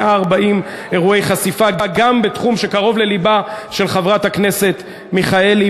140 אירועי חשיפה גם בתחום שקרוב ללבה של חברת הכנסת מיכאלי,